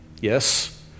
Yes